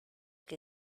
que